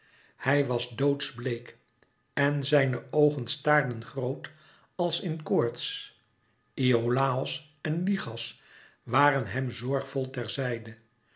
hij was doodsbleek en zijn oogen staarden groot als in koorts iolàos en lichas waren hem zorgvol